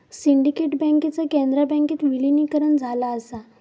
syndicate बँकेचा कॅनरा बँकेत विलीनीकरण झाला असा